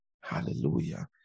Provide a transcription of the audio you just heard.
hallelujah